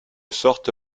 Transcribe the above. sorte